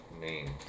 name